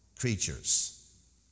creatures